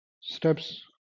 steps